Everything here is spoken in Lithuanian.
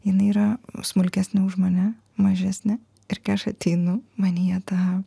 jinai yra smulkesnė už mane mažesnė ir kai aš ateinu manyje ta